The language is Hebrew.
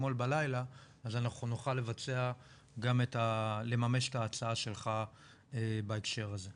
אתמול בלילה נוכל לממש גם את ההצעה שלך בהקשר הזה.